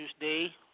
Tuesday